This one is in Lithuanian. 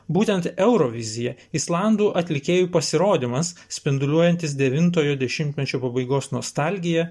būtent eurovizija islandų atlikėjų pasirodymas spinduliuojantis devintojo dešimtmečio pabaigos nostalgija